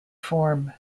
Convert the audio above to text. form